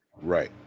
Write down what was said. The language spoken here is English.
Right